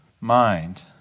mind